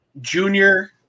junior